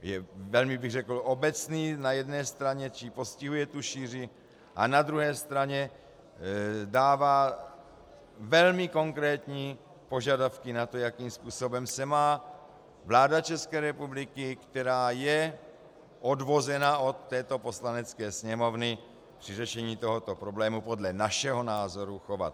Je velmi obecný na jedné straně, čímž postihuje tu šíři, na druhé straně dává velmi konkrétní požadavky na to, jakým způsobem se má vláda České republiky, která je odvozena od této Poslanecké sněmovny, při řešení tohoto problému podle našeho názoru chovat.